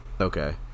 okay